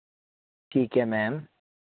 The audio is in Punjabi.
ਠੀਕ ਹੈ ਮੈਮ